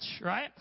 right